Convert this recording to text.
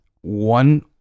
one